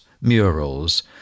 murals